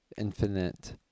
infinite